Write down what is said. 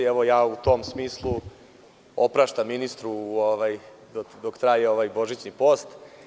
Evo, ja u tom smislu opraštam ministru, dok traje ovaj božićni post.